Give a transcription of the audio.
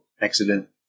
accident